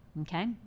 Okay